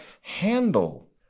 handle